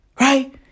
Right